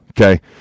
okay